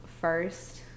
first